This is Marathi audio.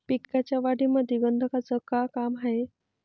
पिकाच्या वाढीमंदी गंधकाचं का काम हाये?